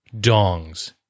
Dongs